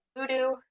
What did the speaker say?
Voodoo